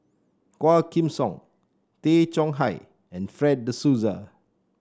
Quah Kim Song Tay Chong Hai and Fred De Souza